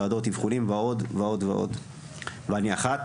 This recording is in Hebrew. וועדות אבחונים ועוד ועוד ועוד ואני אחת